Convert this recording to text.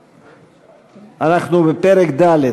אנחנו בפרק ד'.